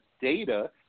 data